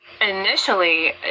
initially